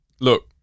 look